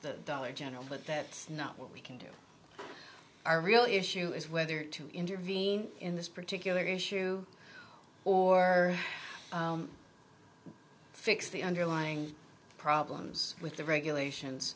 the dollar general but that's not what we can do our real issue is whether to intervene in this particular issue or fix the underlying problems with the regulations